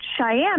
Cheyenne